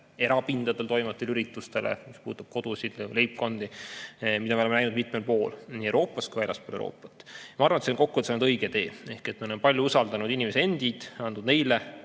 erapindadel toimuvatele üritustele, mis puudutab kodusid, leibkondi. Oleme seda näinud mitmel pool nii Euroopas kui ka väljaspool Euroopat. Ma arvan, et see on kokkuvõttes olnud õige tee. Me oleme palju usaldanud inimesi endid, andnud neile